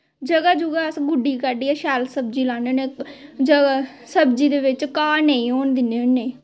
जगह जुगा गुड्डी गड्डियै शैल सब्जी लान्ने होन्ने सब्जी दे बिच्च घा नेंई होन दिन्ने होन्ने